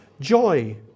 joy